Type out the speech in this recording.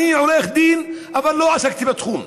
אני עורך דין אבל לא עסקתי בתחום.